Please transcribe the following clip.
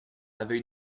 avait